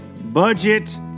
budget